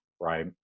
right